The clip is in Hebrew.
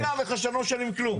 אני מודיע לך שאתם לא משלמים כלום.